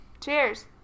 Cheers